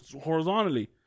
horizontally